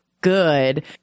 good